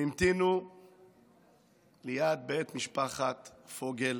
הם המתינו ליד בית משפחת פוגל,